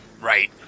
right